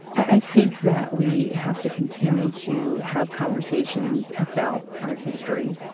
i think that we have to continue to have conversations about our history,